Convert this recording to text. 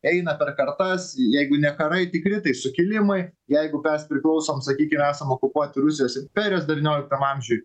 eina per kartas jeigu ne karai tikri tai sukilimai jeigu mes priklausom sakykim esam okupuoti rusijos imperijos devynioliktam amžiuj